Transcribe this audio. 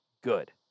good